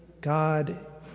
God